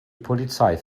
polizei